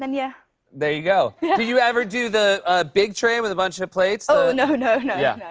um yeah there you go. yeah do you ever do the big tray with a bunch of of plates? oh, no. no. no. yeah